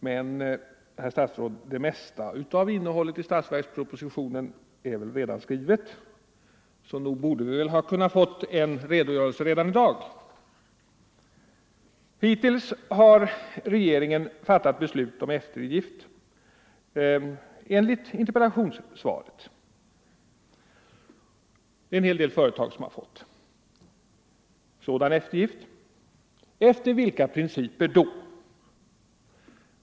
Men, herr statsråd, det mesta av innehållet — Ang. principerna för i statsverkspropositionen är väl redan skrivet, så nog borde vi väl ha = eftergift av lån för kunnat få en sådan här redogörelse i dag. hyresförluster Hittills har regeringen fattat beslut om eftergift enligt interpellationssvaret. Det är således en hel del företag som har fått sådan eftergift. Efter vilka principer då?